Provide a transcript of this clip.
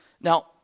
Now